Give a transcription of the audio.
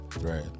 right